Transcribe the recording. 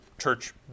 church